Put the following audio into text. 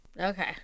Okay